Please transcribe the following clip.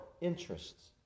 interests